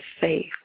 faith